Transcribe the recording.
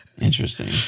Interesting